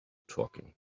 talking